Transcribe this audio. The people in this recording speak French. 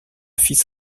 fils